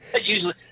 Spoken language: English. usually